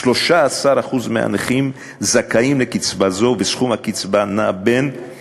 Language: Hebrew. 13% מהנכים זכאים לקצבה זו, וסכום הקצבה נע בין